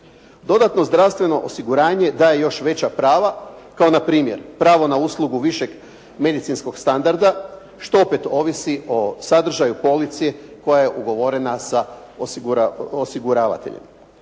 Dodatno zdravstveno osiguranje daje još veća prava, kao npr. pravo na uslugu višeg medicinskog standarda, što opet ovisi o sadržaju polici koja je ugovorena sa osiguravateljem.